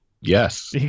Yes